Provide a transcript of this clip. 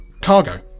cargo